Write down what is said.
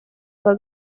kwa